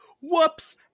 whoops